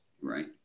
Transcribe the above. Right